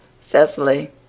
Cecily